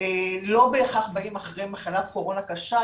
לא בהכרח באים אחרי מחלת קורונה קשה.